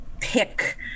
pick